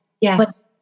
Yes